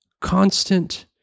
constant